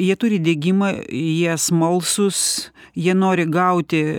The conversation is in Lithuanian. jie turi degimą jie smalsūs jie nori gauti